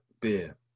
beer